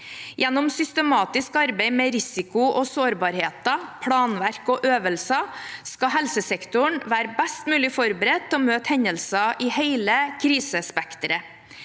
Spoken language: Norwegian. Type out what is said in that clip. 2983 tematisk arbeid med risiko og sårbarheter, planverk og øvelser skal helsesektoren være best mulig forberedt til å møte hendelser i hele krisespekteret.